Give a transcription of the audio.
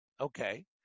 Okay